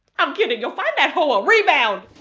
i'm kidding. yo, find that hoe a rebound.